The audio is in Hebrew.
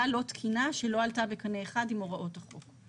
לא תקינה שלא עלתה בקנה אחד עם הוראות החוק.